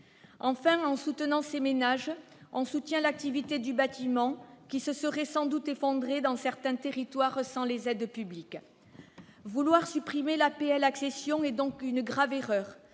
Enfin, en soutenant ces ménages, on soutient l'activité du bâtiment, qui se serait sans doute effondrée dans certains territoires sans les aides publiques. Vouloir supprimer l'APL-accession est donc une grave erreur,